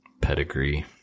pedigree